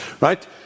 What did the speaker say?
right